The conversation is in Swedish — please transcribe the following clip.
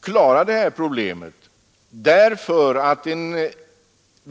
klara det här problemet.